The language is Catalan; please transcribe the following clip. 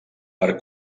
per